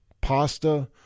pasta